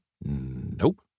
Nope